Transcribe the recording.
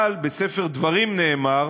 אבל בספר דברים נאמר: